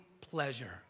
pleasure